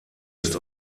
ist